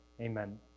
Amen